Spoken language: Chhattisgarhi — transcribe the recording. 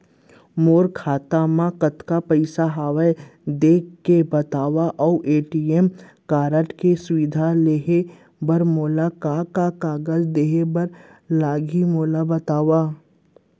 मोर खाता मा कतका पइसा हवये देख के बतावव अऊ ए.टी.एम कारड के सुविधा लेहे बर मोला का का कागज देहे बर लागही ओला बतावव?